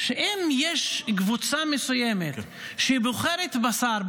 שאם יש קבוצה מסוימת שבוחרת בשר,